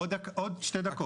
עוד 2 דקות.